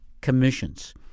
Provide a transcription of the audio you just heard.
commissions